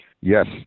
Yes